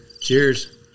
Cheers